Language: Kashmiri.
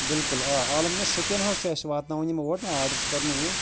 بِلکُل آ عالمگے شُپین حظ چھُ اَسہِ واتناوُن یِم اور نا آرڈر چھُ کرُن اوٗرۍ